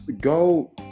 Go